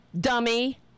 dummy